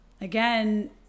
Again